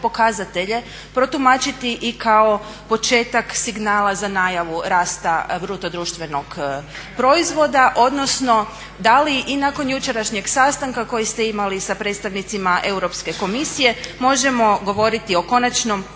protumačiti i kao početak signala za najavu rasta bruto društvenog proizvoda, odnosno da li i nakon jučerašnjeg sastanka koji ste imali sa predstavnicima Europske komisije možemo govoriti o konačnom